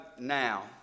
now